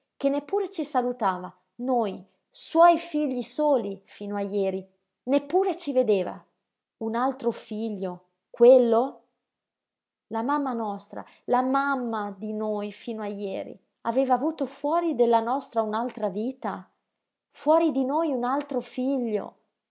che neppure ci salutava noi suoi figli soli fino a jeri neppure ci vedeva un altro figlio quello la mamma nostra la mamma tutta di noi fino a jeri aveva avuto fuori della nostra un'altra vita fuori di noi un altro figlio